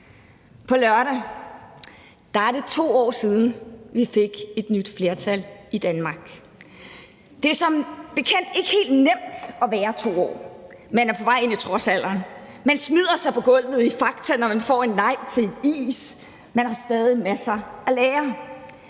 På lørdag er det 2 år siden, vi fik et nyt flertal i Danmark, og det er som bekendt ikke helt nemt at være 2 år. Man er på vej ind i trodsalderen, man smider sig på gulvet i Fakta, når man får et nej til en is, og man har stadig masser at lære,